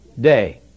day